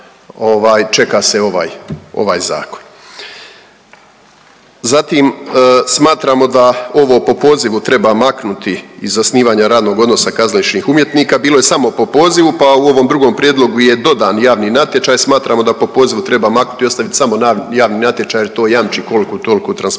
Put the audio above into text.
ovaj, ovaj zakon. Zatim smatramo da ovo „po pozivu“ treba maknuti iz osnivanja radnog odnosa kazališnih umjetnika, bilo je samo „po pozivu“, pa u ovom drugom prijedlogu je dodan „javni natječaj“, smatramo da „po pozivu“ treba maknut i ostavit samo „javni natječaj“ jer to jamči koliku toliku transparentnost.